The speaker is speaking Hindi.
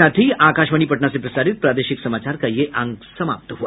इसके साथ ही आकाशवाणी पटना से प्रसारित प्रादेशिक समाचार का ये अंक समाप्त हुआ